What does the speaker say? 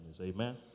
Amen